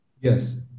Yes